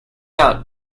out